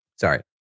Sorry